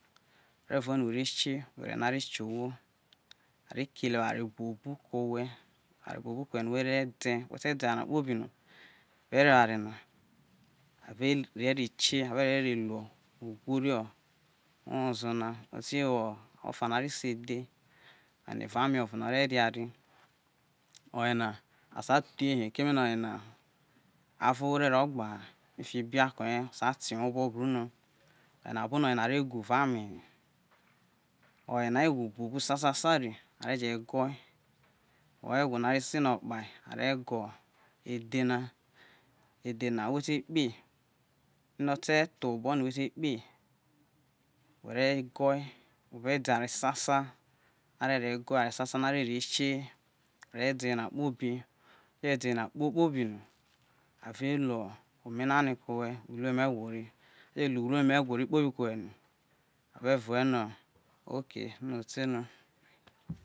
are̱ vuv owe̱ no̱ were kie i oghe̱re̱ no̱ are kie owoho are kele eware buobo ko owe eware no we̱re̱ do yo weta de eware na no avere luo uworio owozo na ote wo ofa no are se edhe oyeno evao ame ovo na oreria re. Oyena asa thu ye ho̱ keme na evao ame ore ria re oye na avo ohwo re ro gbaha mifio ibiako̱ ye ore sai the owho obo brano oyey no abono oye na re wureavao ame he oyena egwo buo bu sosu re are go̱e who egwo na re se no okpae are go edhe na, edhe na we te kpei ino ote tho we obo no we ta kpei we re g̱o̱e were de̱ eware sasa on are ro goe eware sasa no are ro kie are de eyl na kpobi we je de eware na kpokpobi no are luo omena ne ke owe ulue mu egwo ri, aje ino u luemu e̱gwo ri kpobi ko we no are vuowe nook okna te no